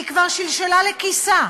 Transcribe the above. היא כבר שלשלה לכיסה,